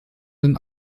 sind